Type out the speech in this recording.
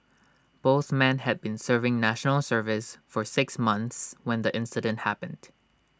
both men had been serving National Service for six months when the incident happened